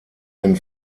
den